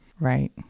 Right